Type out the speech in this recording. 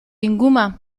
inguma